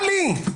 טלי,